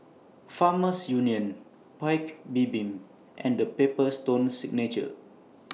Farmers Union Paik's Bibim and The Paper Stone Signature